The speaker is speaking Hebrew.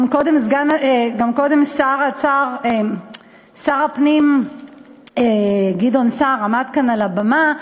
גם שר הפנים גדעון סער עמד כאן קודם על הבמה והסביר: